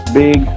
big